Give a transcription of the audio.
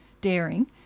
daring